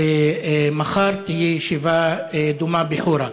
ומחר תהיה ישיבה דומה בחורה.